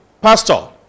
Pastor